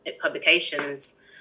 publications